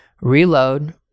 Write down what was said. reload